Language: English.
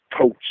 coach